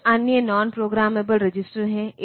कुछ अन्य non programmable register हैं